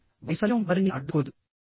కాబట్టి వైఫల్యం వారిని అడ్డుకోదు